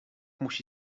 musi